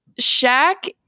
Shaq